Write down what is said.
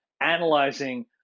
analyzing